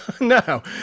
no